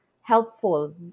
helpful